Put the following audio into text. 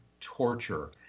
torture